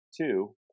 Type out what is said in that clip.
two